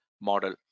model